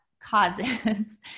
causes